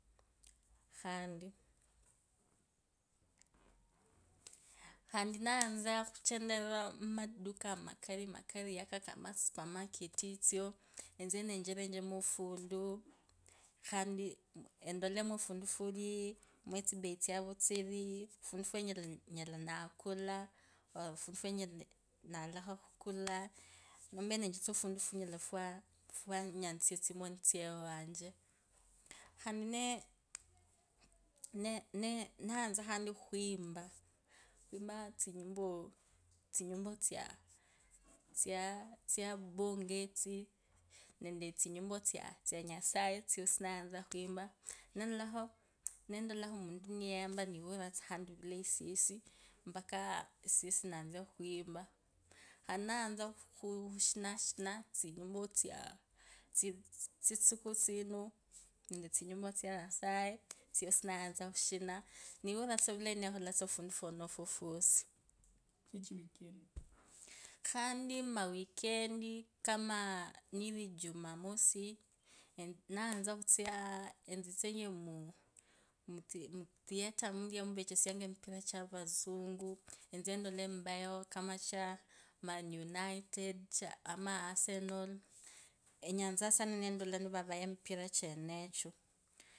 𝖪𝗁𝖺𝗇𝖽𝗂 𝗄𝗁𝖺𝗇𝖽𝗂 𝗇𝖽𝖺𝗒𝖺𝗍𝗌𝖺 𝗄𝗁𝗎𝖼𝗁𝖾𝗇𝖽𝖾𝗋𝗂𝗌𝖺 𝖺𝗆𝖺𝗍𝗎𝗄𝖺 𝖺𝗆𝖺𝗄𝖺𝗅𝗂 𝗆𝖺𝗄𝖺𝗅𝗂 𝗒𝖺𝗄𝗈 𝗄𝖺𝗆𝖺 𝗌𝗎𝗉𝖾𝗋𝗆𝖺𝗋𝗄𝖾𝗍 𝖾𝗍𝗌𝗂𝗈 𝖾𝗍𝗌𝗂𝖾 𝖾𝗇𝖾𝖼𝗁𝖾𝗓𝖾𝗄𝖾𝗆𝗈 𝗎𝗌𝗎𝗇𝖽𝗎 𝗄𝗁𝖺𝗇𝖽𝗂 𝗆𝗎𝗌𝗈𝗌𝗎𝗇𝖽𝗂 𝗆𝗐𝖾𝗍𝗌𝗂𝖻𝖾𝗂 𝗍𝗌𝗂𝖺𝗋𝖾 𝗍𝗌𝗂𝗋𝗂 𝖾𝖿𝗎𝗇𝖽𝗎 𝖿𝗐𝖾𝗇𝗒𝖺𝗅𝖺 𝗇𝖽𝖺𝗄𝗎𝗅𝖺 𝗎𝖿𝗎𝗇𝖽𝗎 𝖿𝗐𝖾𝗇𝗒𝖺𝗅𝖺 𝗇𝖽𝖺𝗅𝖺𝗄𝗁𝗈 𝗄𝗁𝗎𝗄𝗎𝗅𝖺 𝗇𝗈𝗆𝖻𝖺 𝖾𝗇𝖾𝖼𝗁𝖾𝗋𝖾 𝗍𝗌𝖺 𝗎𝖿𝗎𝗇𝖽𝗎 𝖿𝗎𝗇𝗒𝖺 𝖿𝗎𝗇𝗒𝖾𝗅𝖺 𝖿𝖺𝗒𝖺𝗍𝗌𝗂𝗍𝗌𝗂 𝗍𝗌𝗂𝗆𝗈𝗇𝗂 𝗍𝗌𝖾𝗐𝖺𝖼𝗁𝖾 𝗄𝗁𝖺𝗇𝖽𝖾 𝗇𝖾 𝗇𝖾 𝗇𝖾 𝗇𝖽𝖺𝗒𝖺𝗍𝗌𝖺 𝗄𝗁𝖺𝗇𝖽𝗂 𝗄𝗁𝗐𝗂𝗆𝖻𝖺 𝗍𝗌𝗂𝗒𝗂𝗆𝖻𝖺 𝗍𝗌𝖺 𝗍𝗌𝖺 𝗍𝗌𝖺𝖻𝗈𝗇𝗀𝗈 𝖾𝗍𝗌𝗂 𝗇𝖾𝗇𝖽𝖾 𝗍𝗌𝗂𝗇𝗒𝗂𝗆𝖻𝗈 𝗍𝗌𝖺𝗇𝗒𝖺𝗌𝖺𝗒𝖾 𝗍𝗌𝗈𝗌𝗂 𝗇𝖺𝗒𝖺𝗍𝗌𝖺 𝗄𝗐𝗂𝗆𝖻𝖺 𝗇𝖾𝗇𝖽𝖺𝗅𝗈𝗄𝗁𝗈 𝗇𝖾𝗇𝖽𝖺𝗅𝗈𝗄𝗁𝖺 𝗈𝗆𝗎𝗇𝗍𝗎 𝗇𝗂𝗒𝖾𝗆𝖻𝖺 𝗇𝖽𝗂𝗎𝗋𝗂𝗋𝖺𝗇𝗀𝖺𝗍𝗌𝖺 𝗏𝗎𝗅𝖺𝗒𝗂 𝗌𝗂𝖾𝗌𝗂 𝗄𝗁𝖺𝗇𝖽𝗂 𝗌𝗂𝖾𝗌𝗂𝗇𝖽𝖺𝗇𝗓𝖺 𝗄𝗐𝗂𝗆𝖻𝖺 𝗄𝗁𝖺𝗇𝖽𝗂 𝗇𝖺𝗒𝗈𝗍𝗌𝖺 𝗄𝗁𝗎𝗌𝗁𝗂𝗇𝖺𝗌𝗁𝗂𝗇𝖺 𝗍𝗌𝗂𝗇𝗒𝗂𝗆𝖻𝗈 𝗍𝗌𝖺𝗍𝗌𝗂𝗌𝗂𝗄𝗎 𝗍𝗌𝗂𝗇𝗈 𝗇𝖾𝗇𝖽𝖾 𝗍𝗌𝖺 𝗇𝗒𝖺𝗌𝖺𝗒𝖾 𝗌𝗂𝖾𝗌𝗂 𝗇𝖽𝖺𝗒𝖺𝗍𝗌𝖺 𝗄𝗁𝗎𝗌𝗁𝗂𝗇𝖺 𝗇𝖽𝗂𝗎𝗋𝗂𝗋𝖺𝗇𝗀𝖺 𝗍𝗌𝖺 𝗏𝗎𝗅𝖺𝗒𝗂 𝗇𝖽𝖾𝗄𝗁𝗎𝗅𝖺𝗈𝖿𝗎𝗇𝖽𝗎 𝖿𝗐𝖾𝗇𝗈𝖿𝗐𝗈 𝖿𝗐𝗈𝗌𝗂 𝗄𝗁𝖺𝗇𝖽𝗂 𝗆𝖺𝗐𝗂𝗄𝖾𝗇𝖽𝗂 𝗄𝖺𝗆𝖺𝖺 𝖼𝗁𝗂𝗆𝖺𝗆𝗈𝗌𝗂 𝗇𝖽𝖺𝗒𝖺𝗍𝗌𝖺 𝗄𝗁𝗎𝗍𝗌𝖺𝖺𝖺 𝖺𝗍𝗌𝗂𝗍𝗌𝖾𝖼𝗁𝖾 𝗆𝗎𝗍𝗁𝗂𝖾𝗍𝖺 𝗆𝗎𝗅𝗂𝗈 𝗆𝗐𝖺𝗏𝖾𝖼𝗁𝖾𝗌𝗂𝖺𝗇𝗀𝖺 𝗆𝗂𝗉𝗂𝗋𝖺 𝖼𝗁𝖺 𝗏𝖺𝗓𝗎𝗇𝗀𝗎 𝗄𝖺𝗆𝖺𝖺 𝗆𝖺𝗇𝗎𝗇𝗂𝗍𝖾𝖽 𝖺𝗆𝖺 𝖺𝗋𝗌𝖺𝗇𝖺𝗅 𝖾𝗒𝖺𝗍𝗌𝖺𝗇𝗒𝖺 𝗌𝖺𝗇𝖺 𝗇𝖾𝗇𝖽𝗈𝗅𝖺 𝗇𝗂𝗏𝖺𝗏𝖺𝗒𝖺 𝗆𝗂𝗉𝗂𝗋𝖺 𝖼𝗁𝖾𝗇𝖾𝖼𝗁𝗈.